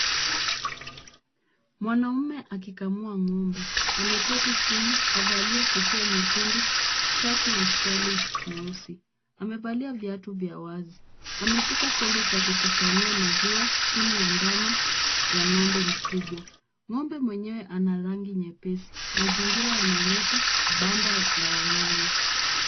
Mwanamume akikamua ng'ombe. Ameketi chini, kavalia kofia nyekundu, shati na suruali nyeusi. Amevalia viatu vya wazi. Ameshika chombo cha kukusanyia maziwa chini ya ndama ya ng'ombe mkubwa . Ng'ombe mwenyewe ana rangi nyepesi. Mazingira yanaonyesha banda la wanyama.